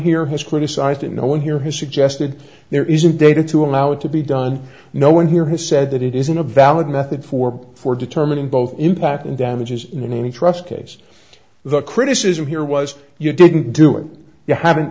here has criticized and no one here has suggested there isn't data to allow it to be done no one here has said that it isn't a valid method for for determining both impact and damages in any trust case the criticism here was you didn't do it you haven't